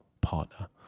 Partner